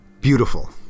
beautiful